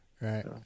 Right